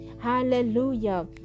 Hallelujah